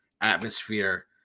atmosphere